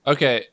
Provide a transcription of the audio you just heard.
Okay